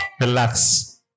Relax